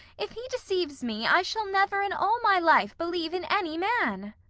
if he deceives me, i shall never in all my life believe in any man.